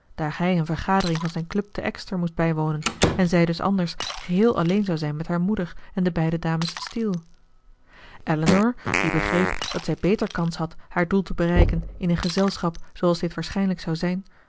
daar hij een vergadering van zijn club te exeter moest bijwonen en zij dus anders geheel alleen zou zijn met haar moeder en de beide dames steele elinor die begreep dat zij beter kans had haar doel te bereiken in een gezelschap zooals dit waarschijnlijk zou zijn